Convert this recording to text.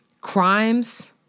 Crimes